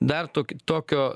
dar tokį tokio